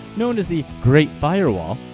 known as the great firewall,